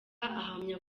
ahamya